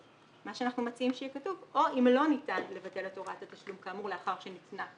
ששם יש יותר קושי או לא ניתן לבטל בעצם הוראת תשלום כבר ניתנה.